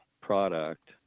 product